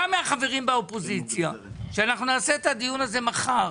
גם מהחברים באופוזיציה שאנחנו נעשה את הדיון הזה מחר,